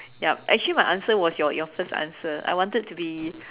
yup actually my answer was your your first answer I wanted to be